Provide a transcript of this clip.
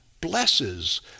blesses